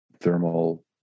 thermal